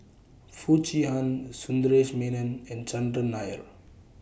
Foo Chee Han Sundaresh Menon and Chandran Nair